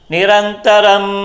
Nirantaram